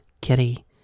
kitty